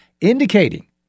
indicating